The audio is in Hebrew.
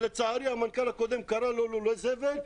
שלצערי המנכ"ל הקודם קרה לזה לולי זבל,